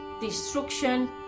destruction